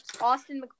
Austin